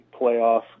playoff